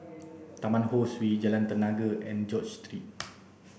Taman Ho Swee Jalan Tenaga and George Street